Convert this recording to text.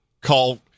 call